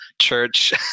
church